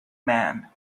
man